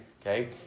Okay